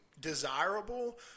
desirable